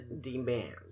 demand